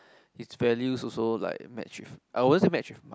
its values also like match with I also match with my